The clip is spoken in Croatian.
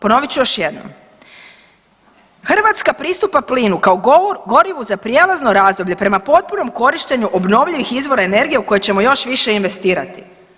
Ponovit ću još jednom, Hrvatska pristupa plinu kao gorivu za prijelazno razdoblje prema potpunom korištenju obnovljivih izvora energije u koje ćemo još više investirati.